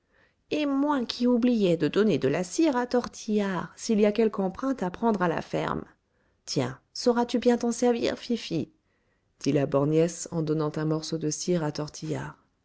et moi qui oubliais de donner de la cire à tortillard s'il y a quelque empreinte à prendre à la ferme tiens sauras-tu bien t'en servir fifi dit la borgnesse en donnant un morceau de cire à tortillard